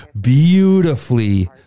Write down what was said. Beautifully